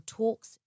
talks